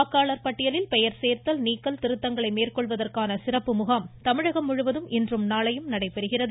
வாக்காளர் பட்டியலில் பெயர் சேர்த்தல் நீக்கல் திருத்தங்களை மேற்கொள்வதற்கான சிறப்பு முகாம் தமிழகம் முழுவதும் இன்றும் நாளையும் நடைபெறுகிறது